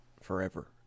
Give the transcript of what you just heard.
forever